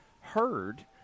heard